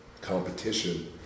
competition